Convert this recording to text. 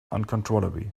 uncontrollably